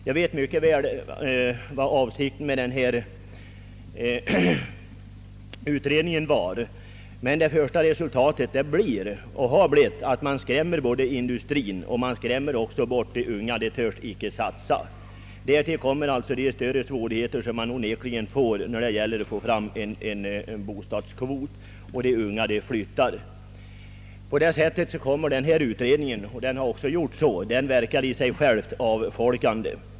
Jag vet mycket väl vilken avsikten var med denna utredning, men det: första resultatet blir och har redan blivit att man skrämmer bort industrin och får de unga att flytta. Ingen törs satsa på dessa områden, som därtill får. svårigheter att få tillräcklig byggnads kvot. På så sätt kommer denna utredning i och för sig att verka avfolkande.